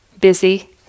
Busy